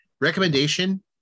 Recommendation